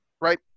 right